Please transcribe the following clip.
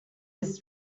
his